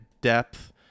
depth